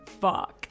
fuck